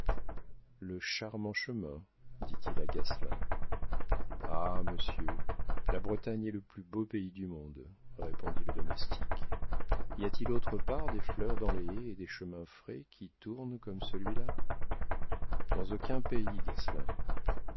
le charmant chemin dit-il à gasselin ah monsieur la bretagne est le plus beau pays du monde répondit le domestique y a-t-il autre part des fleurs dans les haies et des chemins frais qui tournent comme celui-là dans aucun pays